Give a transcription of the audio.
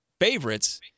favorites –